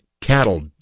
cattle